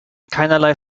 keinerlei